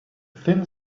thin